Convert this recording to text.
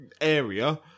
area